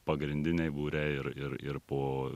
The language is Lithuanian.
pagrindiniai būriai ir ir ir po